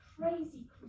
crazy